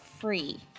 free